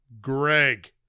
Greg